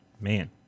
Man